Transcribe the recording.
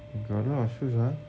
you got a lot of shoes ah